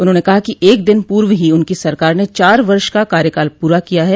उन्होंने कहा कि एक दिन पूर्व ही उनकी सरकार ने चार वर्ष का कार्यकाल पूरा किया है